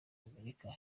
amerika